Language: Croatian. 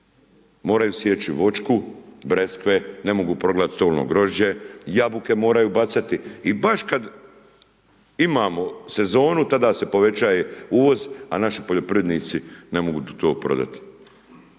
moraju sjeći voćku, breskve, ne mogu prodati stolno grožđe, jabuke moraju bacati. I baš kada imamo sezonu, tada se povećava uvoz a naši poljoprivrednici ne mogu to prodati.